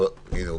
אבל מה